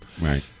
Right